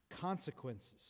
consequences